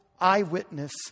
eyewitness